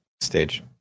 stage